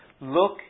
Look